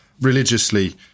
religiously